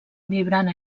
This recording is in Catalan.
vibrant